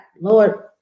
Lord